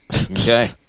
Okay